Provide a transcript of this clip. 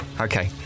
Okay